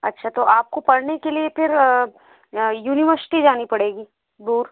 अच्छा तो आप को पढ़ने के लिए फिर यूनिवर्सिटी जानी पड़ेगी दूर